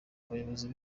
abayobozi